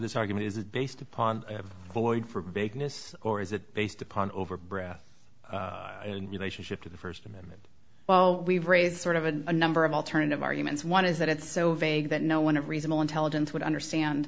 this argument is based upon void for vagueness or is it based upon overbred relationship to the st amendment well we've raised sort of a number of alternative arguments one is that it's so vague that no one of reasonable intelligence would understand